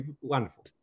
wonderful